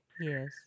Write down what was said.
Yes